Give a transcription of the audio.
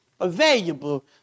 available